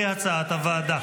כהצעת הוועדה.